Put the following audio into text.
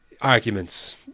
arguments